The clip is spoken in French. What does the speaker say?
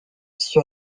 sur